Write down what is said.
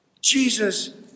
Jesus